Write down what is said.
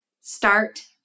Start